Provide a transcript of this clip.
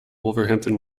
wolverhampton